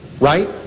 right